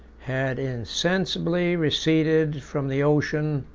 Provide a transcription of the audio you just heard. had insensibly receded from the ocean,